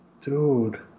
dude